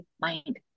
mind